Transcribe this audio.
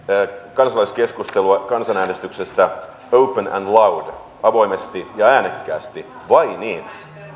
kansalaiskeskustelua kansanäänestyksestä open and loud avoimesti ja äänekkäästi vai niin